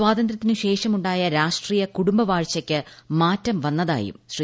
സ്വാതന്ത്ര്യത്തിനു ശേഷം ഉണ്ടായ രാഷ്ട്രീയ കുടുംബവാഴ്ചയ്ക്കു മാറ്റം വന്നതായും ശ്രീ